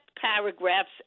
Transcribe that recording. paragraphs